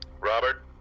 Robert